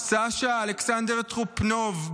סשה אלכסנדר טרופנוב,